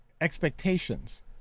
Expectations